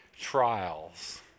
trials